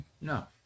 No